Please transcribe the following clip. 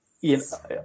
yes